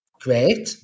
great